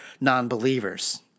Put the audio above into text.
non-believers